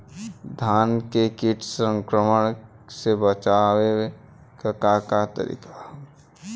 धान के कीट संक्रमण से बचावे क का तरीका ह?